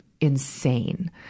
insane